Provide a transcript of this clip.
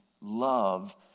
love